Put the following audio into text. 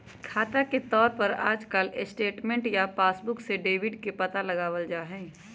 खाता के तौर पर आजकल स्टेटमेन्ट या पासबुक से डेबिट के पता लगावल जा हई